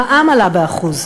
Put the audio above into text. המע"מ עלה ב-1%.